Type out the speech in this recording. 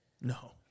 No